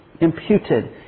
imputed